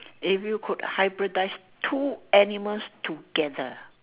if you could advertise two animals together